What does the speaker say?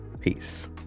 Peace